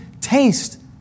taste